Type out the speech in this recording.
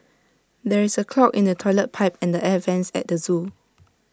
there is A clog in the Toilet Pipe and the air Vents at the Zoo